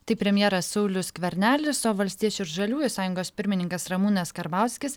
taip premjeras saulius skvernelis o valstiečių ir žaliųjų sąjungos pirmininkas ramūnas karbauskis